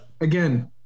Again